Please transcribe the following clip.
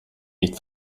nicht